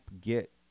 get